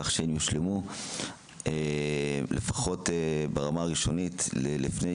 כך שהן יושלמו לפחות ברמה הראשונית לפני